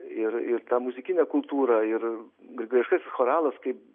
ir ir tą muzikinę kultūrą ir grigališkasis choralas kaip